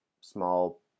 small